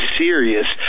serious